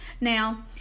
Now